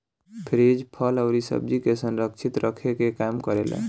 fridge फल अउरी सब्जी के संरक्षित रखे के काम करेला